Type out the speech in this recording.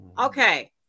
Okay